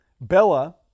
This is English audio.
Bella